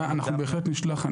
אנחנו בהחלט נשלח.